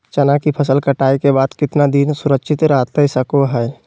चना की फसल कटाई के बाद कितना दिन सुरक्षित रहतई सको हय?